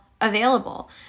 available